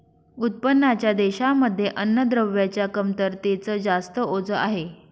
उत्पन्नाच्या देशांमध्ये अन्नद्रव्यांच्या कमतरतेच जास्त ओझ आहे